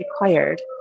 required